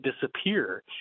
disappear